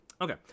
okay